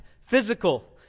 physical